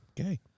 Okay